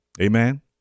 Amen